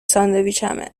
ساندویچمه